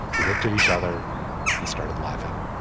we looked at each other and started laughing.